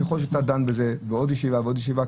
ככל שאתה דן בזה בעוד ישיבה ועוד ישיבה,